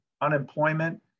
unemployment